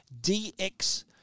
DX